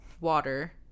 water